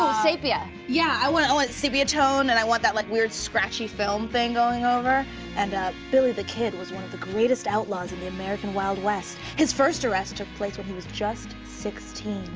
sepia. yeah, i want i want sepia tone and i want that like weird, scratchy film thing going over and ah billy the kid was one of the greatest outlaws in the american wild west. his first arrest took place when he was just sixteen.